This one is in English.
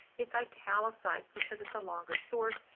it's italicized because it's a longer source,